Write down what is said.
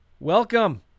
Welcome